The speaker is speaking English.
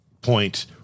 point